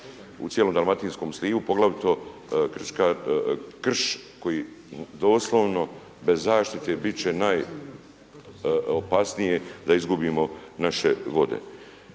u cijelom dalmatinskom slivu, poglavito krš koji doslovno bez zaštite biti će najopasnije da izgubimo naše vode.